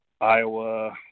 Iowa